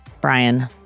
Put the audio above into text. Brian